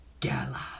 Gala